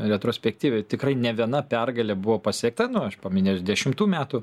retrospektyviai tikrai ne viena pergalė buvo pasiekta nu aš paminėsiu dešimtų metų